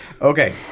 Okay